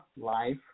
life